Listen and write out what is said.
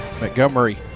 Montgomery